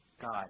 God